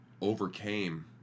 overcame